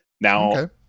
Now